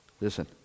Listen